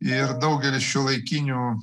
ir daugelis šiuolaikinių